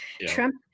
Trump